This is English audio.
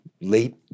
late